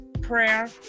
prayer